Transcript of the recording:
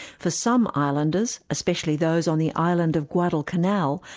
for some islanders, especially those on the island of guadalcanal,